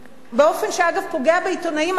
באופן שאגב פוגע בעיתונאים עצמם,